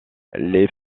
les